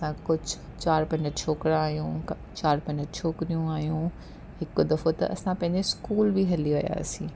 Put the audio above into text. असां कुझु चारि पंज छोकिरा आहियूं चारि पंज छोकिरियूं आहियूं हिकु दफ़ो त असां पंहिंजे स्कूल बि हली वियासीं